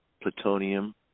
plutonium